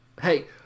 Hey